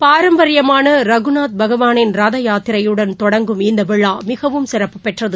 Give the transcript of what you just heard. பாரம்பரியமானரகுநாத் பகவாளின் ரதயாத்திரையுடன் தொடங்கும் இந்தவிழாமிகவும் சிறப்பு பெற்றது